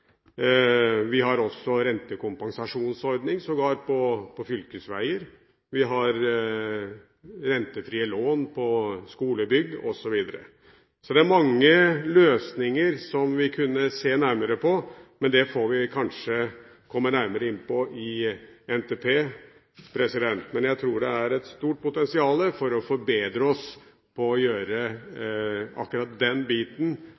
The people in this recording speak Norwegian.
Vi har sågar rentekompensasjonsordning på fylkesveier, vi har rentefrie lån på skolebygg, osv. Så det er mange løsninger som vi kunne se nærmere på, men det får vi kanskje komme nærmere inn på i forbindelse med NTP. Men jeg tror vi har et stort potensial for å forbedre oss med hensyn til å gjøre akkurat den biten